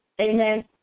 Amen